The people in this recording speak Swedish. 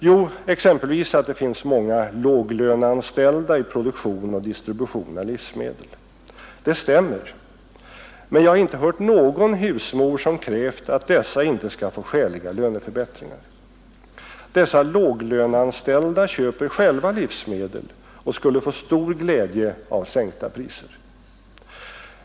Jo, exempelvis att det finns många låglöneanställda i produktion och distribution av livsmedel. Det stämmer, men jag har inte hört någon husmor som krävt att dessa inte skall få skäliga löneförbättringar. Dessa låglöneanställda köper själva livsmedel och skulle få stor glädje av sänkta priser.